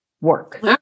work